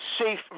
safe